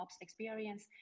experience